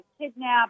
kidnapped